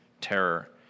terror